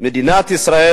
"מדינת ישראל,